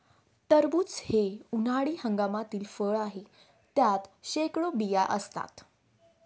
टरबूज हे उन्हाळी हंगामातील फळ आहे, त्यात शेकडो बिया असतात